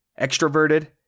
extroverted